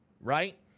right